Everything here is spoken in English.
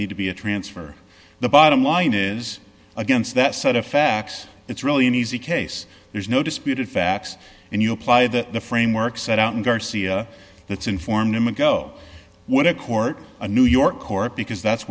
need to be a transfer the bottom line is against that set of facts it's really an easy case there's no disputed facts and you apply that the framework set out in garcia that's informed him and go what a court a new york court because that's